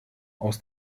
aus